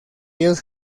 ellos